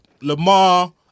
Lamar